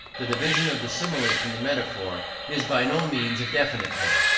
the division of the simile from the metaphor is by no means a definite one.